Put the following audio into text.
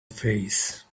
face